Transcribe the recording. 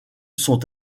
sont